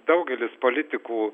daugelis politikų